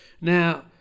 Now